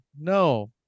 no